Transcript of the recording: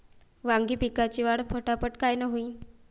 वांगी पिकाची वाढ फटाफट कायनं होईल?